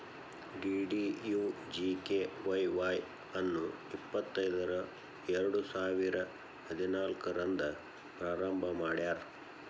DDUGKY Y ಅನ್ನು ಇಪ್ಪತೈದರ ಎರಡುಸಾವಿರ ಹದಿನಾಲ್ಕು ರಂದ್ ಪ್ರಾರಂಭ ಮಾಡ್ಯಾರ್